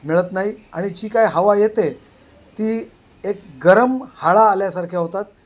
मिळत नाही आणि जी काय हवा येते ती एक गरम हाळा आल्यासारख्या होतात